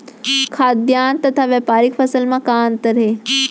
खाद्यान्न तथा व्यापारिक फसल मा का अंतर हे?